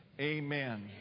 amen